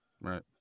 Right